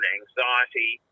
anxiety